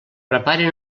preparen